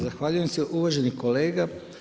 Zahvaljujem se uvaženi kolega.